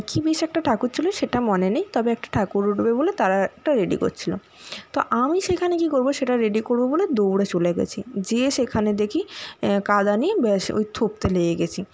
কি বেশ একটা ঠাকুর ছিল সেটা মনে নেই তবে একটা ঠাকুর উঠবে বলে তারা একটা রেডি করছিল তো আমি সেখানে কি করব সেটা রেডি করব বলে দৌড়ে চলে গেছি যেয়ে সেখানে দেখি কাদা নিয়ে ব্যস ওই থুপতে লেগে গেছি